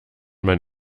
man